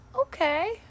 Okay